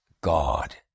God